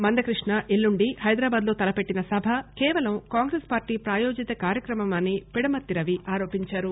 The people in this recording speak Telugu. మందకృష్ణ ఎల్లుండి హైదరాబాద్లో తలపెట్టిన సభ కేవలం కాంగ్రెస్పార్లీ ప్రాయోజిత కార్యక్రమమని పిడమర్తి రవి ఆరోపించారు